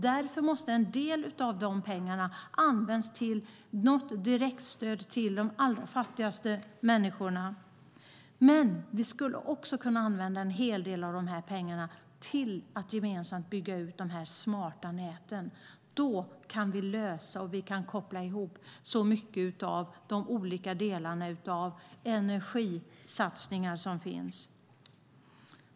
Därför måste en del av de pengarna användas till ett direktstöd till de allra fattigaste människorna. Vi skulle också kunna använda en hel del av de här pengarna till att gemensamt bygga ut de smarta näten. Då kan vi koppla ihop många av de olika energisatsningar som finns.